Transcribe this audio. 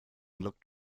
looked